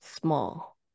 small